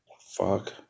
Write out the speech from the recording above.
Fuck